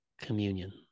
communion